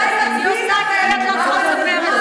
חברת הכנסת אורלי לוי אבקסיס, זמנך עבר מזמן.